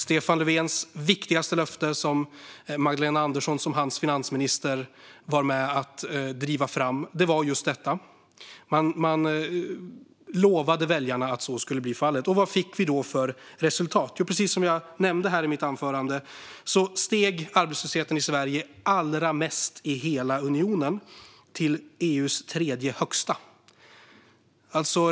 Stefan Löfvens viktigaste löfte, som hans finansminister Magdalena Andersson var med om att driva fram, var just detta. Man lovade väljarna att så skulle bli fallet. Vad fick vi då för resultat? Jo, precis som jag nämnde i mitt anförande steg arbetslösheten i Sverige allra mest i hela unionen, till EU:s tredje högsta.